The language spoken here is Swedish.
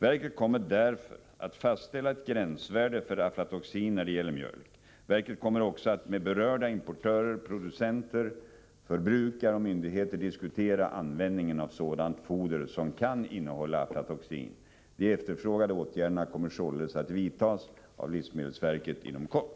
Verket kommer därför att fastställa ett gränsvärde för aflatoxin när det gäller mjölk. Verket kommer också att med berörda importörer, producenter, förbrukare och myndigheter diskutera användningen av sådant foder som kan innehålla aflatoxin. De efterfrågade åtgärderna kommer således att vidtas av livsmedelsverket inom kort.